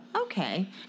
Okay